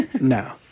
No